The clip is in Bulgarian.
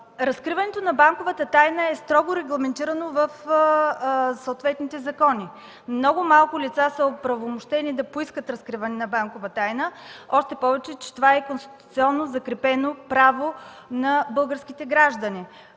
Разкриването на банковата тайна е строго регламентирано в съответните закони. Много малко лица са оправомощени да поискат разкриване на банкова тайна, още повече това е конституционно закрепено право на българските граждани.